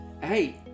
hey